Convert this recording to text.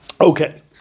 Okay